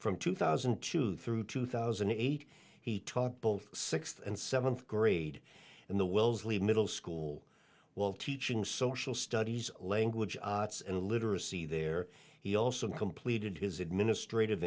from two thousand and two through two thousand and eight he taught both sixth and seventh grade in the wellesley middle school while teaching social studies language and literacy there he also completed his administrative